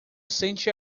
sente